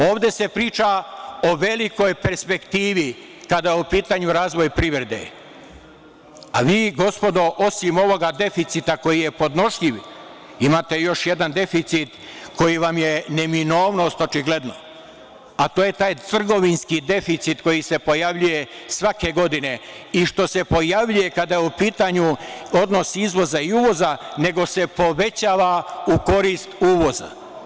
Ovde se priča o velikoj perspektivi kada je u pitanju razvoj privrede, a vi, gospodo, osim ovoga deficita, koji je podnošljiv, imate još jedan deficit koji vam je neminovnost, očigledno, a to je taj trgovinski deficit koji se pojavljuje svake godine i što se pojavljuje kada je u pitanju odnos izvoza i uvoza, nego se povećava u korist uvoza.